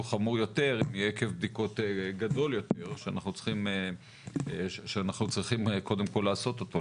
חמור יותר עקב בדיקות גדול יותר שאנחנו צריכים קודם כל לעשות אותו,